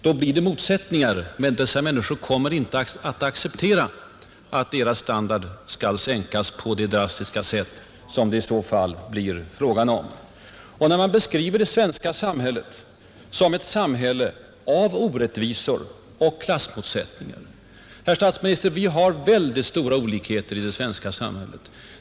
Då blir det motsättningar — dessa människor kommer inte att acceptera att deras standard skall sänkas på det drastiska sätt som det i så fall blir fråga om. 2. När man beskriver det svenska samhället som ett samhälle av orättvisor och klassmotsättningar. Vi har, herr statsminister, väldigt stora olikheter i det svenska samhället.